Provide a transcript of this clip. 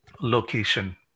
location